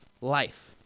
life